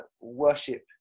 worship